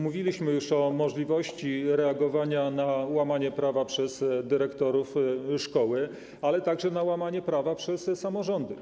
Mówiliśmy już o możliwości reagowania na łamanie prawa przez dyrektorów szkoły, ale także chodzi o łamanie prawa przez samorządy.